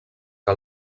que